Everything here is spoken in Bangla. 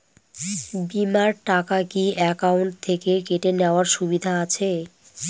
বিমার টাকা কি অ্যাকাউন্ট থেকে কেটে নেওয়ার সুবিধা আছে?